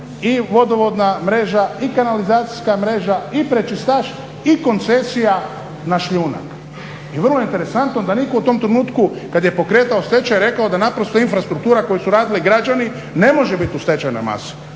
i vodovodna mreža i kanalizacijska mreža i prečistač i koncesija na šljunak. I vrlo interesantno da nitko u tom trenutku kad je pokretao stečaj rekao da naprosto infrastruktura koju su radili građani ne može biti u stečajnoj masi.